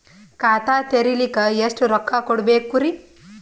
ಖಾತಾ ತೆರಿಲಿಕ ಎಷ್ಟು ರೊಕ್ಕಕೊಡ್ಬೇಕುರೀ?